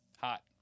Hot